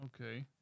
okay